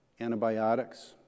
antibiotics